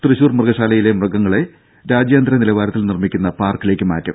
തൃശൂർ മൃഗശാലയിലെ മൃഗങ്ങളെ രാജ്ടയാന്തര നിലവാരത്തിൽ നിർമ്മിക്കുന്ന പാർക്കിലേക്ക് മാറ്റും